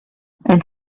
and